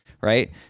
right